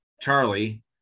Charlie